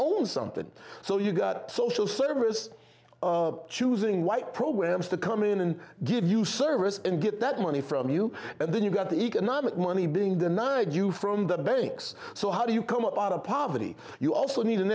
old something so you got social service choosing white programs to come in and give you service and get that money from you and then you got the economic money being denied you from the banks so how do you come up out of poverty you also need an